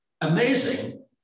amazing